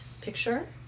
picture